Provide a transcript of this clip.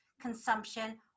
consumption